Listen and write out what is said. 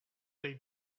they